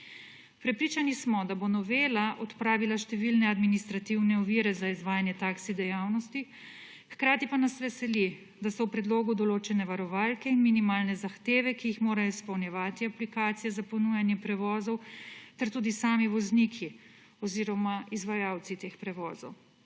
Prepričani smo, da bo novela odpravila številne administrativne ovire za izvajanje taksi dejavnosti, hkrati pa nas veseli, da so v predlogu določene varovalke in minimalne zahteve, ki jih mora izpolnjevati aplikacije za ponujanje prevozov ter tudi sami vozniki oziroma izvajalci teh prevozov.